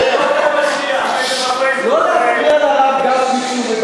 לא נפריע לרב גפני כשהוא